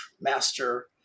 master